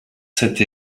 set